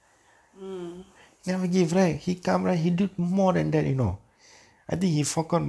mm